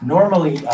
Normally